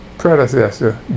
predecessor